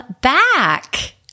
back